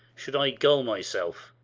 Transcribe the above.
should i gull myself.